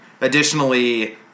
Additionally